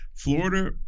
Florida